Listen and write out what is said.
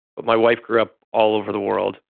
but my wife grew up all over the world.